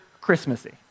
Christmassy